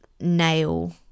nail